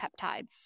peptides